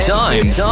times